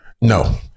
No